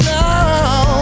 now